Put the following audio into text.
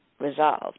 resolved